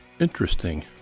Interesting